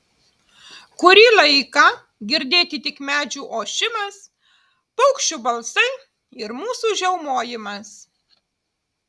kurį laiką girdėti tik medžių ošimas paukščių balsai ir mūsų žiaumojimas